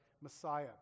Messiah